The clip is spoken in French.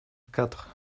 quatre